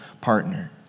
partner